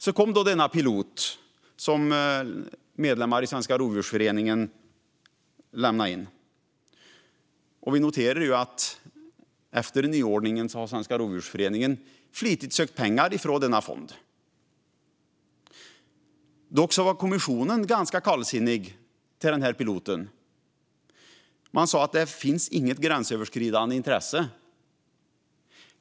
Så kom då denna pilot, som medlemmar i Svenska Rovdjursföreningen lämnade in. Efter nyordningen har Svenska Rovdjursföreningen flitigt sökt pengar från denna fond. Kommissionen var dock ganska kallsinnig till denna pilot och sa att det inte fanns något gränsöverskridande intresse.